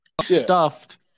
stuffed